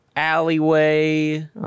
Alleyway